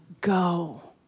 go